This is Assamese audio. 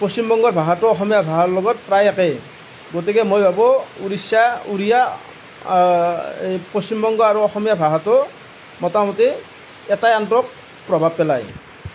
পশ্চিম বংগৰ ভাষাটো অসমীয়া ভাষাৰ লগত প্ৰায় একেই গতিকে মই ভাবোঁ উৰিষ্যা উৰিয়া এই পশ্চিম বংগ আৰু অসমীয়া ভাষাটো মোটামুটি এটাই আনটোক প্ৰভাৱ পেলায়